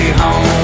home